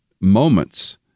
moments